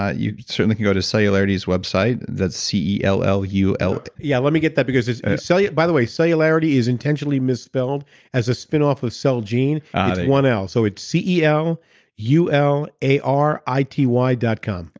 ah you certainly can go to celularity's website. that's c e l l u l yeah, let me get that because it's, yeah by the way, so celularity is intentionally misspelled as a spin-off of cell gene. it's one l. so, it's c e l u l a r i t y dot com.